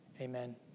Amen